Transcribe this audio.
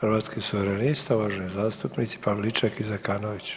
Hrvatskih suverenista, uvaženi zastupnici Pavliček i Zekanović.